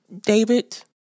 David